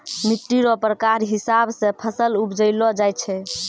मिट्टी रो प्रकार हिसाब से फसल उपजैलो जाय छै